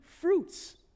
fruits